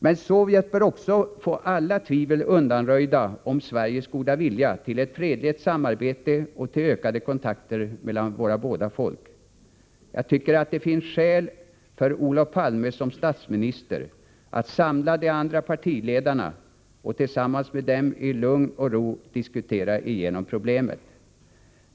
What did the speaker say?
Men Sovjet bör också få alla tvivel undanröjda om Sveriges goda vilja att uppnå ett fredligt samarbete och ökade kontakter mellan våra båda folk. Jag tycker att det finns skäl för Olof Palme som statsminister att samla partiledarna och tillsammans med dem i lugn och ro diskutera igenom problemet.